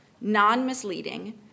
non-misleading